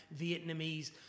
vietnamese